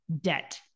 debt